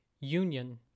union